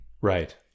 right